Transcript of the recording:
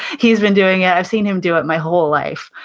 he's been doing it, i've seen him do it my whole life.